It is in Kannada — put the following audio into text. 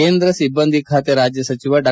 ಕೇಂದ್ರ ಸಿಬ್ಲಂದಿ ಖಾತೆ ರಾಜ್ಯ ಸಚಿವ ಡಾ